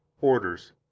orders